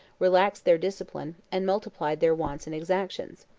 relaxed their discipline, and multiplied their wants and exactions.